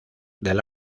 del